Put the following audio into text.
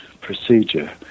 procedure